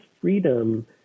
freedom